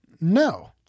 no